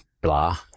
blah